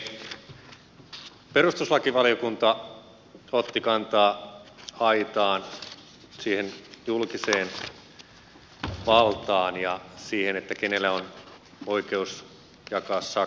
perustuslakivaliokunta otti kantaa aitaan siihen julkiseen valtaan ja siihen kenellä on oikeus jakaa sakkoja